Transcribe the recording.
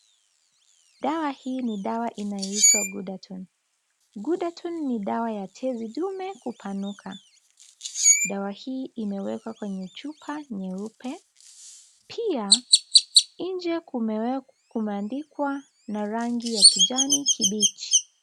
Dawa hii ni dawa inaitwa Ghudatun. Ghudatun ni dawa ya tezi dume kupanuka. Dawa hii imewekwa kwenye chupa nyeupe. Pia nje kumeandikwa na rangi ya kijani kibichi.